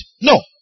No